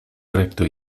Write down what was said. recto